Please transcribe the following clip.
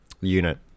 unit